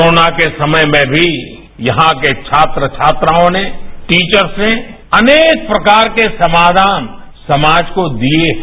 corona के समय में भी यहां के छात्र छात्राओं ने टीचर से अनेक प्रकार के समाघान समाज को दिये हैं